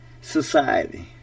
society